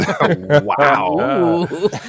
wow